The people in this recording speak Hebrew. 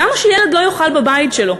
למה שילד לא יאכל בבית שלו?